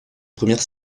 premières